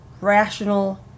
rational